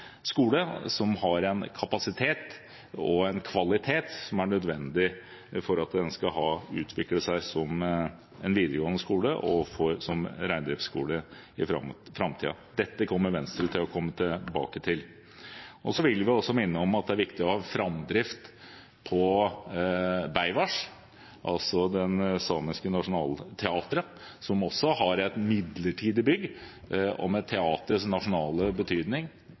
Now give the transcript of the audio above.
skole som har en kapasitet og en kvalitet som er nødvendig for at den skal utvikle seg som videregående skole og som reindriftsskole i framtiden. Dette vil Venstre komme tilbake til. Så vil vi også minne om at det er viktig å ha framdrift for Beaivváš, Det Samiske Nasjonalteatret, som også har et midlertidig bygg. Med teaterets nasjonale betydning,